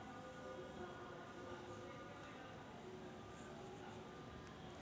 तन काढल्यानंतर कोनची फवारणी करा लागन?